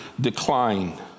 decline